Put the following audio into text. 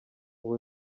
ubu